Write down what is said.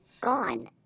gone